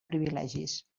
privilegis